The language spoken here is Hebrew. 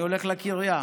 אני הולך לקריה,